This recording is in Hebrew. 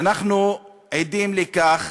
ואנחנו עדים לכך